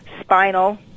spinal